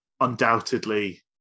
undoubtedly